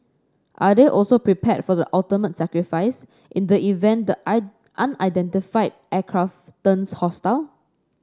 are they also prepared for the ultimate sacrifice in the event the unidentified aircraft turns hostile